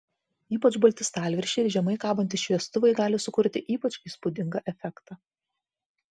ypač balti stalviršiai ir žemai kabantys šviestuvai gali sukurti ypač įspūdingą efektą